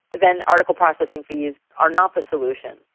then article processing fees are not the solution.